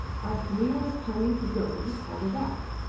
as taminah was turning to go he called her back.